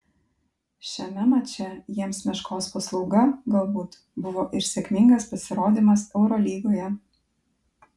šiame mače jiems meškos paslauga galbūt buvo ir sėkmingas pasirodymas eurolygoje